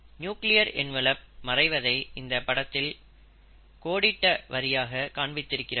nuclear envelope மறைவதை இந்தப் படத்தில் கோடிட்ட வரியாக காண்பித்திருக்கிறார்கள்